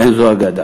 אין זו אגדה.